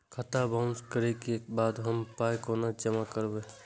खाता बाउंस करै के बाद हम पाय कोना जमा करबै?